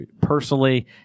personally